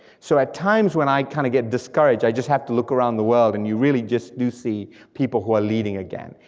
so at times when i kind of get discouraged, i just have to look around the world, and you really just do see people who are leading again,